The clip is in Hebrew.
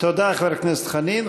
תודה, חבר הכנסת חנין.